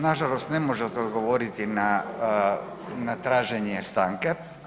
Nažalost ne možete odgovoriti na traženje stanke.